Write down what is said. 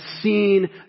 seen